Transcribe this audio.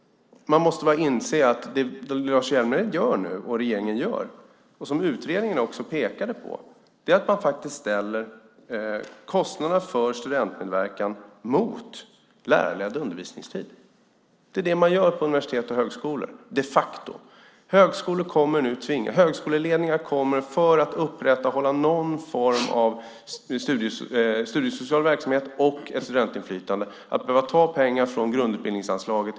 Man måste inse att det Lars Hjälmered och regeringen nu gör, och som utredningen pekade på, är att man faktiskt ställer kostnaderna för studentmedverkan mot lärarledd undervisningstid. Det är vad man de facto gör på universitet och högskolor. Högskoleledningar kommer att för att upprätthålla någon form av studiesocial verksamhet och ett studentinflytande behöva ta pengar från grundutbildningsanslaget.